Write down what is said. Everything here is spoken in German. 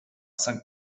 sankt